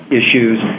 issues